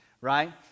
right